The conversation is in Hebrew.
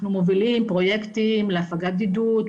אנחנו מובילים פרוייקטים להפגת בדידות,